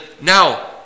now